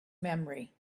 memory